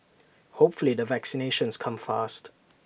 hopefully the vaccinations come fast